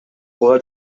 буга